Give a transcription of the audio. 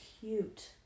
cute